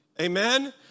Amen